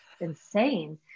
insane